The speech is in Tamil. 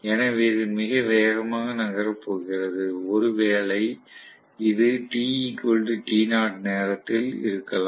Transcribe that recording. எனவே இது மிக வேகமாக நகரப் போகிறது ஒருவேளை இது t t0 நேரத்தில் இருக்கலாம்